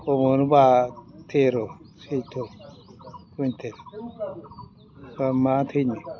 खमावनोबा थेर' सैध' कुविनटेल होनबा मा थैनो